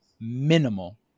minimal